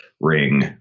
ring